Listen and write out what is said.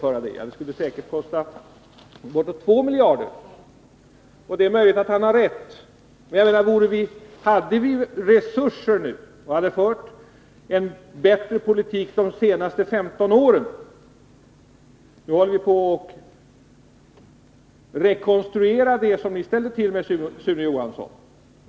Svaret blev att det säkert skulle kosta bortåt 2 miljarder kronor. Det är möjligt att han har rätt. Men hade vi haft resurser och hade vi fört en bättre politik under de senaste 15 åren, då skulle vi ha kunnat göra detta. Nu håller vi emellertid på att rekonstruera det som ni ställde till med, Sune Johansson.